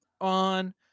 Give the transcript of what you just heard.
on